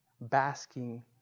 basking